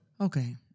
Okay